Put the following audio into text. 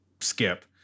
Skip